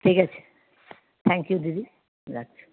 ঠিক আছে thank you দিদি রাখছি